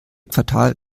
quartal